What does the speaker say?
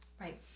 Right